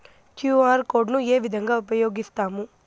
QR code ను ఏ విధంగా ఉపయగిస్తాము?